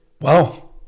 Wow